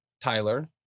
Tyler